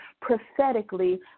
prophetically